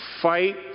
fight